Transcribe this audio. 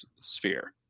sphere